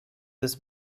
this